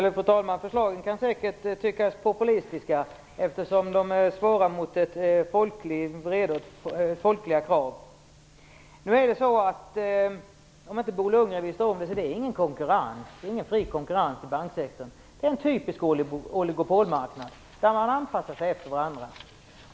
Fru talman! Förslagen kan säkert tyckas populistiska eftersom de svarar mot en folklig vrede och folkliga krav. Om inte Bo Lundgren visste om det kan jag tala om att det inte är någon fri konkurrens inom banksektorn. Det är en typisk oligopolmarknad, där man anpassar sig efter varandra.